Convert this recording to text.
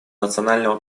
национального